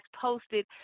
posted